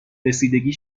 رسیدگی